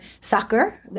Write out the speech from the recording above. soccer